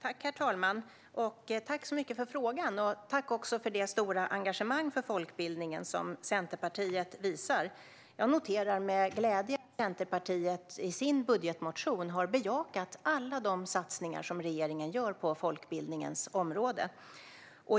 Herr talman! Tack så mycket för frågan, Per Lodenius, och tack för det stora engagemang för folkbildningen som Centerpartiet visar! Jag noterar med glädje att Centerpartiet i sin budgetmotion har bejakat alla de satsningar som regeringen gör på folkbildningens område.